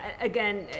Again